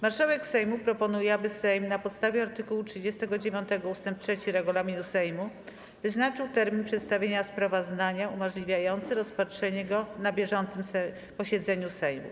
Marszałek Sejmu proponuje, aby Sejm na podstawie art. 39 ust. 3 regulaminu Sejmu wyznaczył termin przedstawienia sprawozdania umożliwiający rozpatrzenie go na bieżącym posiedzeniu Sejmu.